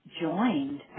joined